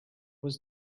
was